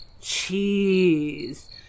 Cheese